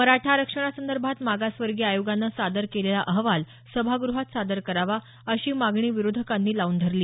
मराठा आरक्षणासंदर्भात मागासवर्गीय आयोगानं सादर केलेला अहवाल सभागृहात सादर करावा अशी मागणी विरोधकांनी लाऊन धरली